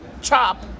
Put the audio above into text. chop